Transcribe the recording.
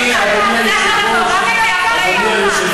אדוני היושב-ראש,